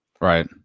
Right